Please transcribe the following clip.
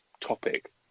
topic